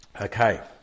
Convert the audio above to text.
Okay